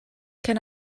can